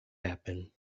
happen